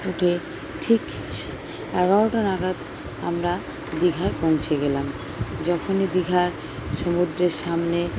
উঠে ঠিক এগারোটা নাগাদ আমরা দীঘায় পৌঁছে গেলাম যখনই দীঘার সমুদ্রের সামনে